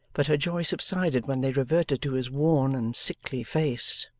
but her joy subsided when they reverted to his worn and sickly face.